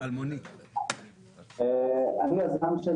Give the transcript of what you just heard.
אני היזם.